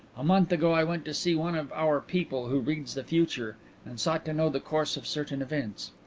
a month ago i went to see one of our people who reads the future and sought to know the course of certain events.